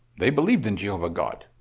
they believed in jehovah god.